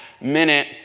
minute